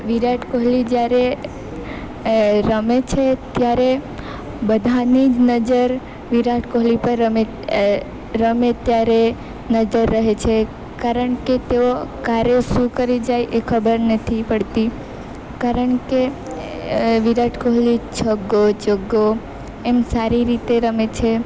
વિરાટ કોહલી જ્યારે રમે છે ત્યારે બધાની જ નજર વિરાટ કોહલી પર રમે રમે ત્યારે નજર રહે છે કારણકે તેઓ ક્યારે શું કરી જાય એ ખબર નથી પડતી કારણકે વિરાટ કોહલી છગ્ગો ચોગ્ગો એમ સારી રીતે રમે છે